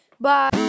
bye